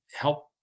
help